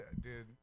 dude